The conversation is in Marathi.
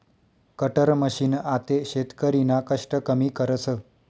कटर मशीन आते शेतकरीना कष्ट कमी करस